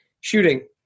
shooting